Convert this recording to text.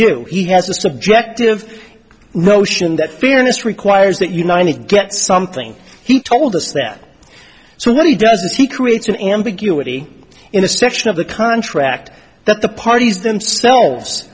do he has a subjective notion that fairness requires that united get something he told us that so what he does is he creates an ambiguity in the section of the contract that the parties themselves